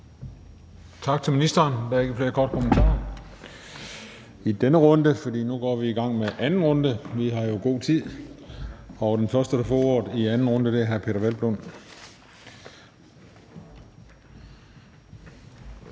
Tak til ministeren. Der er ikke flere korte bemærkninger i denne runde, så nu går vi i gang med anden runde. Vi har jo god tid. Og den første, der får ordet i anden runde, er hr. Peder Hvelplund. Kl.